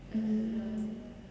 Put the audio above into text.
mm